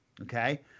Okay